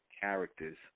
characters